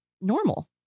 normal